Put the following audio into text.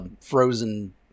frozen